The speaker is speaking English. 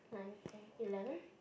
nine ten eleven